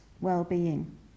well-being